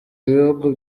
ibihugu